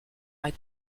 hyde